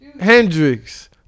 Hendrix